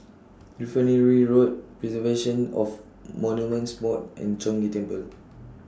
Refinery Road Preservation of Monuments Board and Chong Ghee Temple